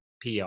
PR